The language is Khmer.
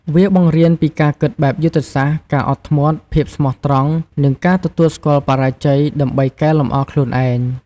វាបង្រៀនពីការគិតបែបយុទ្ធសាស្ត្រ ការអត់ធ្មត់ ភាពស្មោះត្រង់ និងការទទួលស្គាល់បរាជ័យ ដើម្បីកែលម្អខ្លួនឯង។